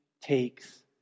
takes